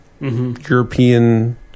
European